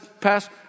passed